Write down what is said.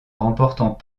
remportant